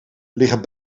liggen